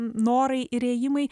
norai ir įėjimai